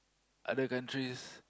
other countries